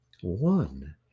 one